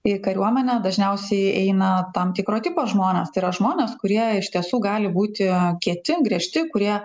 į kariuomenę dažniausiai eina tam tikro tipo žmonės tai yra žmonės kurie iš tiesų gali būti kieti griežti kurie